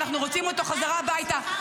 ואנחנו רוצים אותו חזרה הביתה.